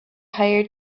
hire